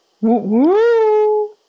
woo